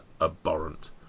abhorrent